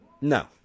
No